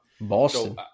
Boston